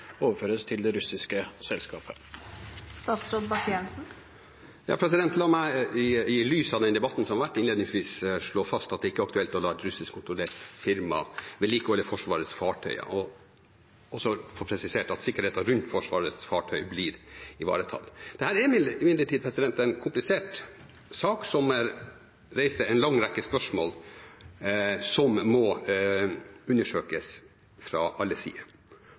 overføres til det russiske selskapet?» La meg i lys av den debatten som har vært, innledningsvis slå fast at det ikke er aktuelt å la et russiskkontrollert firma vedlikeholde Forsvarets fartøy, og også presisere at sikkerheten rundt Forsvarets fartøy blir ivaretatt. Dette er imidlertid en komplisert sak, som reiser en lang rekke spørsmål som må undersøkes fra alle